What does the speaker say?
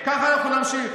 עם מי,